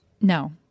No